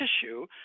tissue